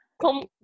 come